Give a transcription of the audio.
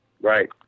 right